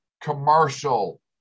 commercial